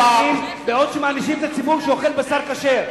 בעוד שמענישים את הציבור שאוכל בשר כשר.